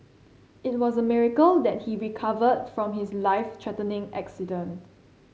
it was a miracle that he recovered from his life threatening accident